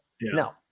no